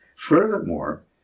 Furthermore